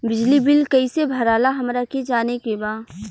बिजली बिल कईसे भराला हमरा के जाने के बा?